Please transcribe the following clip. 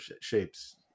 shapes